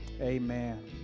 amen